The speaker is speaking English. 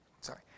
sorry